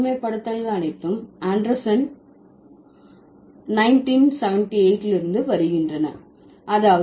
இந்த பொதுமைப்படுத்தல்கள் அனைத்தும் ஆண்டர்சன் 1978 லிருந்து வருகின்றன